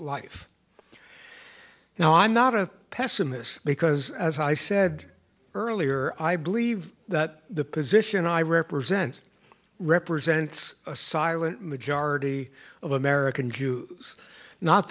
life now i'm not a pessimist because as i said earlier i believe that the position i represent represents a silent majority of american jews not